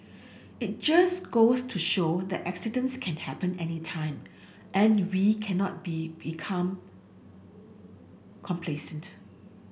it just goes to show that accidents can happen anytime and we cannot be become complacent